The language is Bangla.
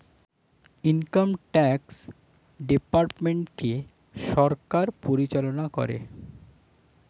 ইনকাম ট্যাক্স ডিপার্টমেন্টকে সরকার পরিচালনা করে